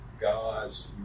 God's